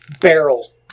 barrel